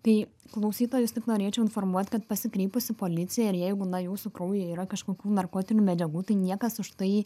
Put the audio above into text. tai klausytojus tik norėčiau informuot kad pasikreipus į policiją ir jeigu na jūsų kraujyje yra kažkokių narkotinių medžiagų tai niekas už tai